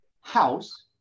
house